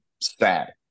sad